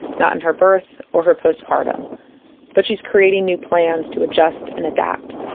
not in her birth or her postpartum but she's creating new plans to adjust, and adapt